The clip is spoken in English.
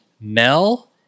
Mel